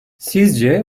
sizce